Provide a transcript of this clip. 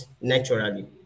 naturally